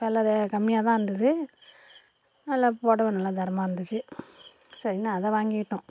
விலை கம்மியாக தான் இருந்தது நல்ல புடவை நல்ல தரமாக தான் இருந்துச்சு சரின்னு அதை வாங்கிக்கிட்டோம்